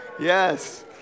Yes